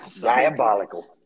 Diabolical